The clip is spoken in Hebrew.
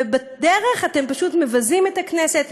ובדרך אתם פשוט מבזים את הכנסת,